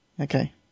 Okay